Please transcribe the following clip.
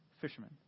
fishermen